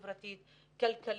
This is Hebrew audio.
חברתית, כלכלית,